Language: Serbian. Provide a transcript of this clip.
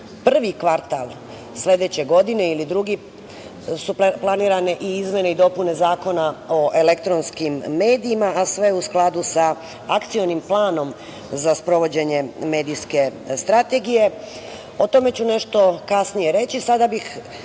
prvi kvartal sledeće godine ili drugi su planirane izmene i dopune Zakona o elektronskim medijima, a sve u skladu sa Akcionim planom za sprovođenje medijske strategije. O tome ću nešto kasnije reći. Sada